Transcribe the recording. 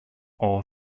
all